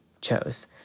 chose